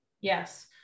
Yes